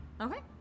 Okay